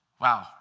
wow